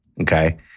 Okay